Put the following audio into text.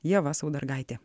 ieva saudargaitė